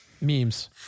memes